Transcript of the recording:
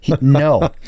no